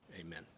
amen